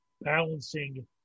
balancing